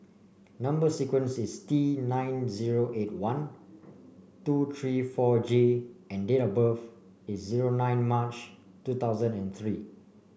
number sequence is T nine zero eight one two three four J and date of birth is zero nine March two thousand and three